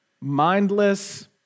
mindless